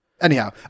Anyhow